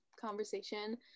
conversation